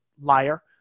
Liar